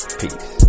Peace